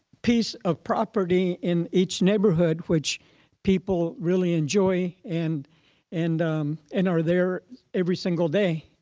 piece of property in each neighborhood, which people really enjoy and and and are there every single day.